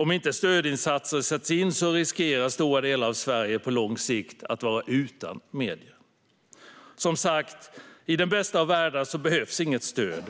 Om inte stödinsatser sätts in riskerar stora delar av Sverige på lång sikt att vara utan medier. Som sagt: I den bästa av världar behövs inget stöd.